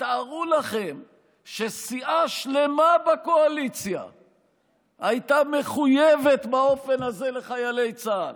תתארו לכם שסיעה שלמה בקואליציה הייתה מחויבת באופן הזה לחיילי צה"ל.